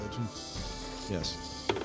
Yes